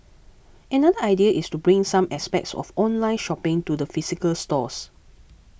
another idea is to bring some aspects of online shopping to the physical stores